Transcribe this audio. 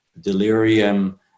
delirium